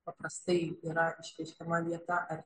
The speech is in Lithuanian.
paprastai yra išreiškiama vieta ar